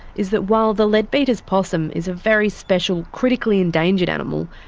is that while the leadbeater's possum is a very special, critically endangered animal,